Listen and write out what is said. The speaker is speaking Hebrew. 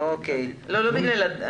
נשים שיש להן ילדים,